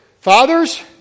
Fathers